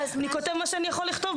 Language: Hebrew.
אני כותב מה שאני יכול לכתוב.